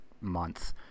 month